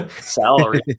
salary